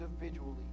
individually